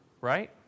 Right